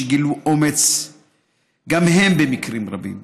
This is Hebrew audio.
שגילו אומץ גם הם במקרים רבים,